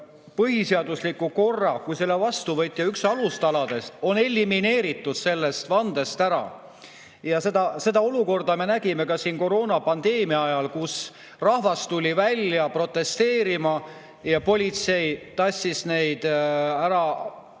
põhiseadusliku korra kui selle vastuvõtja üks alustaladest, on elimineeritud sellest vandest. Seda olukorda me nägime ka koroonapandeemia ajal, kui rahvas tuli välja protesteerima ja politsei tassis neid ära